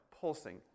pulsing